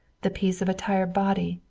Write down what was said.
the peace of a tired body,